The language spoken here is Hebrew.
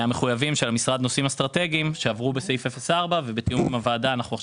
חברים, סעיף שני בסדר היום, שינויים בתקציב.